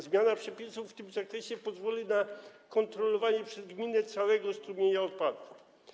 Zmiana przepisów w tym zakresie pozwoli na kontrolowanie przez gminę całego strumienia odpadów.